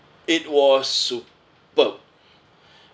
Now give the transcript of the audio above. it was superb